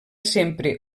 sempre